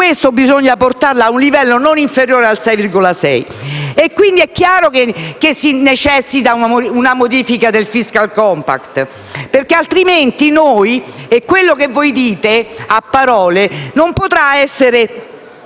Bisogna portarla ad un livello non inferiore al 6,6. È quindi chiaro che si rende necessaria una modifica del *fiscal compact*, altrimenti quello che voi dite a parole non potrà essere